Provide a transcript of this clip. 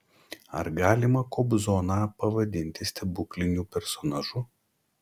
ar galima kobzoną pavadinti stebukliniu personažu